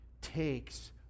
takes